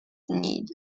need